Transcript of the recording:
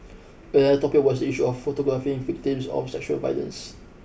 another topic was issue of photographing victims of sexual violence